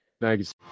thanks